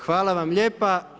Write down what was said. Hvala vam lijepa.